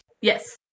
Yes